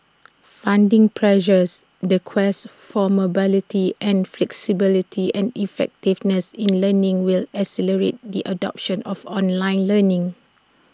funding pressures the quest for mobility and flexibility and effectiveness in learning will accelerate the adoption of online learning